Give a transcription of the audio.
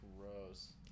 Gross